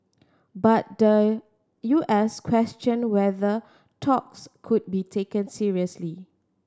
but the U S questioned whether talks could be taken seriously